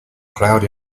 cloud